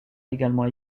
également